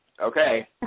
okay